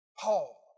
Paul